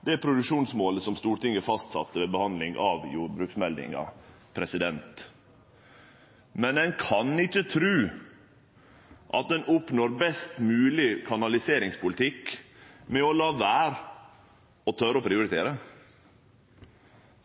det produksjonsmålet som Stortinget fastsette ved behandlinga av jordbruksmeldinga. Men ein kan ikkje tru at ein oppnår best mogleg kanaliseringspolitikk med å late vere å tore å prioritere.